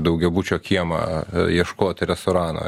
daugiabučio kiemą ieškoti restorano